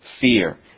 fear